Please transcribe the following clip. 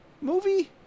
movie